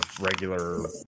regular